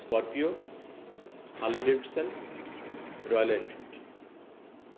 Scorpio Harley Davidson Royal Enfield